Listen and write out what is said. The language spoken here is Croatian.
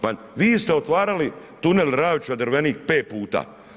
Pa vi ste otvarali tunel Ravča-Drvenik 5 puta.